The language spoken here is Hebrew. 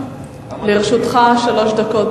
לרשותך שלוש דקות.